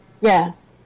yes